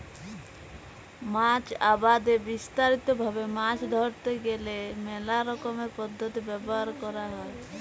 মাছ আবাদে বিস্তারিত ভাবে মাছ ধরতে গ্যালে মেলা রকমের পদ্ধতি ব্যবহার ক্যরা হ্যয়